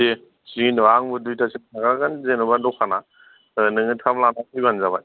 दे थिगैनो दं आंबो दुइथासिम थाखागोन जेन'बा दखाना नोङो थाब लानानै फैबानो जाबाय